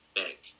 bank